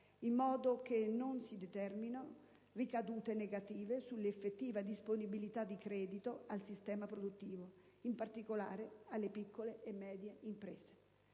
in modo che non si determinino ricadute negative sulla effettiva disponibilità di credito al sistema produttivo, in particolare, alle piccole e medie imprese.